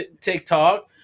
TikTok